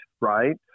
right